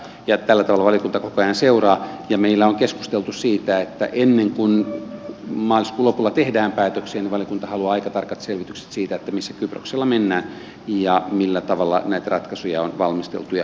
tällä tavalla valiokunta koko ajan sitä seuraa ja meillä on keskusteltu siitä että ennen kuin maaliskuun lopulla tehdään päätöksiä valiokunta haluaa aika tarkat selvitykset siitä missä kyproksella mennään ja millä tavalla näitä ratkaisuja on valmisteltu ja muotoiltu